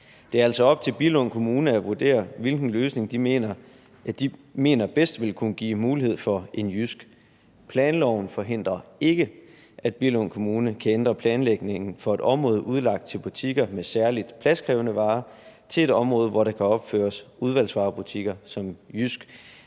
Det er altså op til Billund Kommune at vurdere, hvilken løsning de mener bedst vil kunne give mulighed for en JYSK. Planloven forhindrer ikke, at Billund Kommune kan ændre planlægningen for et område udlagt til butikker med særligt pladskrævende varer til et område, hvor der kan opføres udvalgsvarebutikker som JYSK,